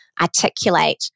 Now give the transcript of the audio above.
articulate